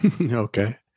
Okay